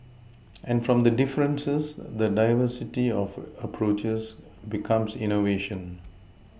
and from the differences the diversity of approaches becomes innovation